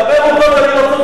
דבר עובדות שאני לא צודק.